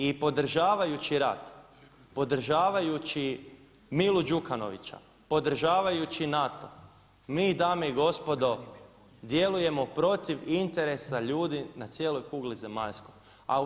I podržavajući rat, podržavajući Milu Đukanovića, podržavajući NATO mi dame i gospodo djelujemo protiv interesa ljudi na cijeloj kugli zemaljskoj.